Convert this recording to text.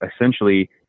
essentially